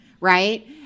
right